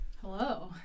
Hello